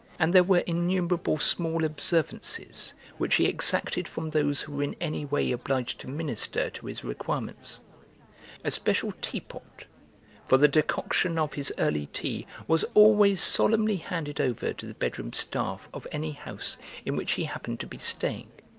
and there were innumerable small observances which he exacted from those who were in any way obliged to minister to his requirements a special teapot for the decoction of his early tea was always solemnly handed over to the bedroom staff of any house in which he happened to be staying.